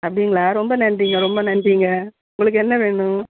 அப்படிங்களா ரொம்ப நன்றிங்க ரொம்ப நன்றிங்க உங்களுக்கு என்ன வேணும்